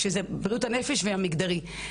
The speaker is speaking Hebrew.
שזה בריאות הנפש בהיבט המגדרי.